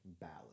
Ballad